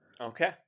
Okay